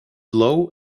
low